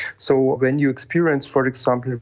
so when you experience, for example,